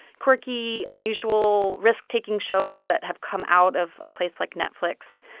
quirky, unusual, risk-taking shows that have come out of a place like netflix,